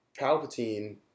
Palpatine